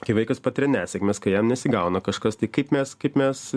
kai vaikas patiria nesėkmes kai jam nesigauna kažkas tai kaip mes kaip mes